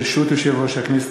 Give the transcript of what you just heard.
ברשות יושב-ראש הכנסת,